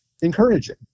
encouraging